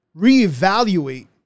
reevaluate